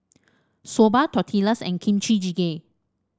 Soba Tortillas and Kimchi Jjigae